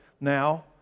now